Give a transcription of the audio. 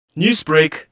Newsbreak